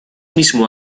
mismo